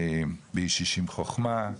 ישיש עם חוכמה,